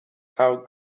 how